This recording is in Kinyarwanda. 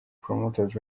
promoters